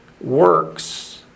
works